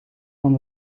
van